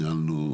ניהלנו,